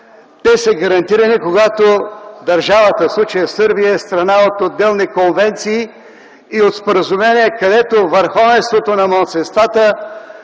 те са гарантирани, когато държавата, в случая Сърбия, е страна от отделни конвенции и от споразумения, където върховенството на малцинствата